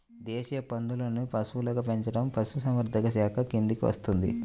దేశీయ పందులను పశువులుగా పెంచడం పశుసంవర్ధక శాఖ కిందికి వస్తుంది